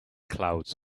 clouds